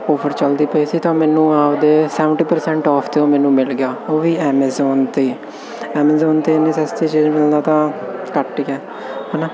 offer ਚੱਲਦੇ ਪਏ ਸੀ ਤਾਂ ਮੈਨੂੰ ਆਪਦੇ ਸੈਵਨਟੀ ਪ੍ਰਸੈਂਟ ਆਫ 'ਤੇ ਉਹ ਮੈਨੂੰ ਮਿਲ ਗਿਆ ਉਹ ਵੀ ਐਮਜ਼ੋਨ 'ਤੇ ਐਮਜ਼ੋਨ 'ਤੇ ਇੰਨੀ ਸਸਤੀ ਚੀਜ਼ ਮਿਲਣਾ ਤਾਂ ਘੱਟ ਹੀ ਹੈ ਹੈ ਨਾ